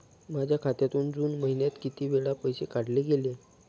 माझ्या खात्यातून जून महिन्यात किती वेळा पैसे काढले गेले?